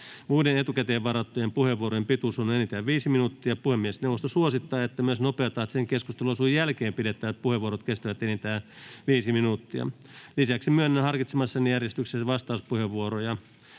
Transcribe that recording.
Muiden etukäteen varattujen puheenvuorojen pituus on enintään 5 minuuttia. Puhemiesneuvosto suosittaa, että myös nopeatahtisen keskusteluosuuden jälkeen pidettävät puheenvuorot kestävät enintään 5 minuuttia. Lisäksi myönnän harkitsemassani järjestyksessä vastauspuheenvuoroja.